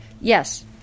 Yes